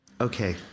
Okay